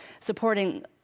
supporting